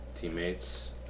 teammates